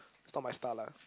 is not my style lah